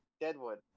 Deadwood